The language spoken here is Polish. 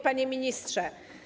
Panie Ministrze!